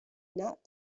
not